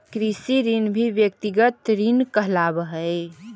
कृषि ऋण भी व्यक्तिगत ऋण कहलावऽ हई